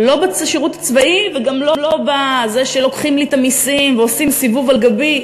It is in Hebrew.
לא בשירות הצבאי וגם לא בזה שלוקחים לי את המסים ועושים סיבוב על גבי.